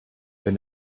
wenn